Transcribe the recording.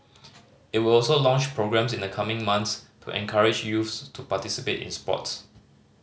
it will also launch programmes in the coming month to encourage youth to participate in sports